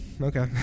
okay